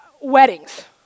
weddings